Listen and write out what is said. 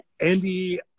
Andy